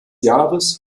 jahres